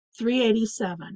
387